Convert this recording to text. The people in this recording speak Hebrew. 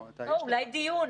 אולי דיון.